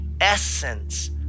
essence